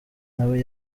nawe